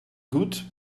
good